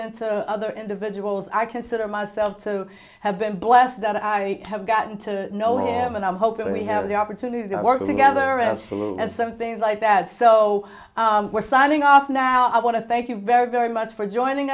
of other individuals i consider myself to have been blessed that i have gotten to know him and i'm hoping we have the opportunity to work together absolutely as something like that so we're signing off now i want to thank you very very much for joining